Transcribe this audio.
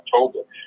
October